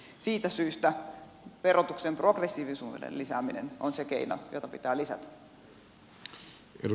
siitä syystä verotuksen progressiivisuuden lisääminen on se keino jota pitää lisätä